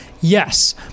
yes